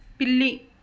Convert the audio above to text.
పిల్లి